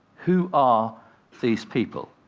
who are these people?